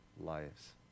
lives